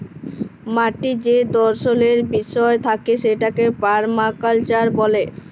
মাটির যে দর্শলের বিষয় থাকে সেটাকে পারমাকালচার ব্যলে